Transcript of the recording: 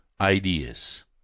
ideas